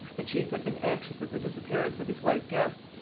the chief had been anxious at the disappearance of his white guests,